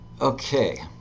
okay